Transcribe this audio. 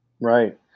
right